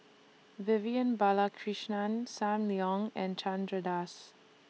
Vivian Balakrishnan SAM Leong and Chandra Das